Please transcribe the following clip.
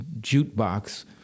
jukebox